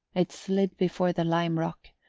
it slid before the lime rock,